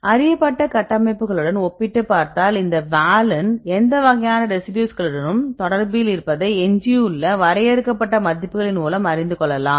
அறியப்பட்ட கட்டமைப்புகளுடன் ஒப்பிட்டுப் பார்த்தால் இந்த வாலின் எந்த வகையான ரெசிடியூஸ்களுடன் தொடர்பில் இருப்பதை எஞ்சியுள்ள வரையறுக்கப்பட்ட மதிப்புகளின் மூலம் அறிந்து கொள்ளலாம்